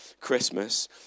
Christmas